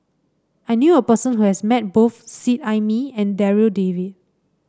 I knew a person who has met both Seet Ai Mee and Darryl David